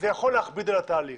יכול להכביד על התהליך.